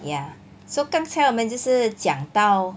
ya so 刚才我们就是讲到